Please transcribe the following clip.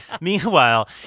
meanwhile